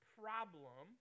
problem